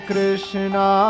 Krishna